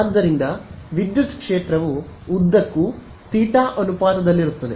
ಆದ್ದರಿಂದ ವಿದ್ಯುತ್ ಕ್ಷೇತ್ರವು ಉದ್ದಕ್ಕೂ ತೀಟಾ ಅನುಪಾತದಲ್ಲಿರುತ್ತದೆ